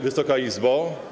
Wysoka Izbo!